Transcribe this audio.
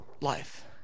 life